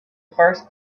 first